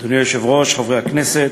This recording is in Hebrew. אדוני היושב-ראש, חברי הכנסת,